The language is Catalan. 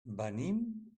venim